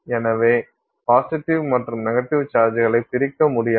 எனவே பாசிட்டிவ் மற்றும் நெகட்டிவ் சார்ஜ்களைப் பிரிக்க முடியாது